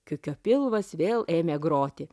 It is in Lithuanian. kiukio pilvas vėl ėmė groti